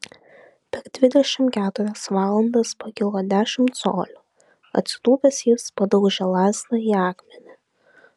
per dvidešimt keturias valandas pakilo dešimt colių atsitūpęs jis padaužė lazdą į akmenį